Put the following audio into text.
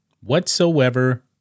whatsoever